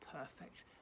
perfect